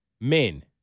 men